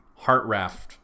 Heartraft